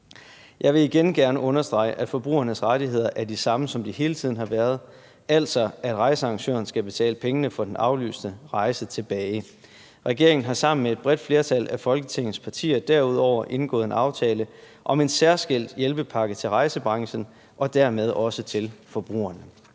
Jeg vil igen gerne understrege, at forbrugernes rettigheder er de samme, som de hele tiden har været, altså at rejsearrangøren skal betale pengene for den aflyste rejse tilbage. Regeringen har sammen med et bredt flertal af Folketingets partier derudover indgået en aftale om en særskilt hjælpepakke til rejsebranchen og dermed også til forbrugerne.